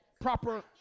proper